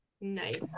Nice